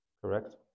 correct